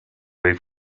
leaf